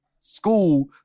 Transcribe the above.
school